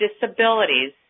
disabilities